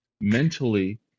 mentally